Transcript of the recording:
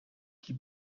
qui